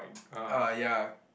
ah ya